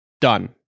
done